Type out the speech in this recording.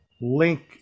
link